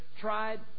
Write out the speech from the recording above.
tried